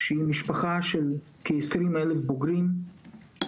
שהיא משפחה של כ-20 אלף בוגרים.